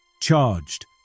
charged